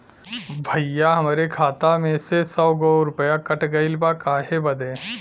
भईया हमरे खाता में से सौ गो रूपया कट गईल बा काहे बदे?